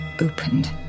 opened